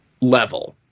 level